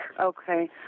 Okay